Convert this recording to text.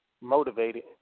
motivated